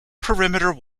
perimeter